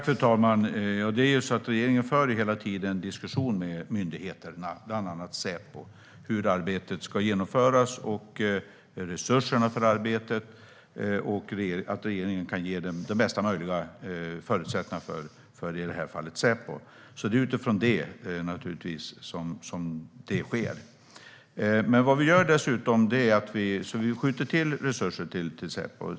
Fru talman! Regeringen för ju hela tiden en diskussion med myndigheterna, bland annat Säpo, om hur arbetet ska genomföras, om resurserna för arbetet och om hur regeringen kan ge i det här fallet Säpo bästa möjliga förutsättningar. Det är naturligtvis utifrån det som detta sker. Vi skjuter alltså till resurser till Säpo.